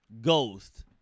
Ghost